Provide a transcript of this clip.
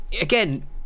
again